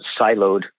siloed